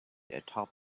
atop